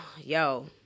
yo